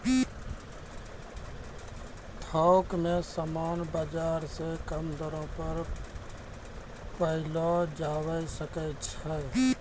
थोक मे समान बाजार से कम दरो पर पयलो जावै सकै छै